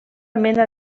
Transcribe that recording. mena